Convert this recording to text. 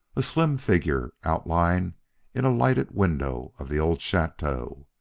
a slim figure outlined in a lighted window of the old chateau.